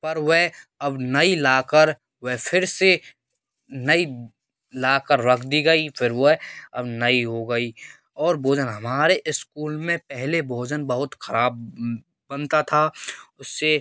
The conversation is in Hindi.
पर वह अब नई लाकर वह फिर से नई लाकर रख दी गई फिर वह अब नई हो गई और भोजन हमारे स्कूल में पहले भोजन बहुत खराब बनता था उससे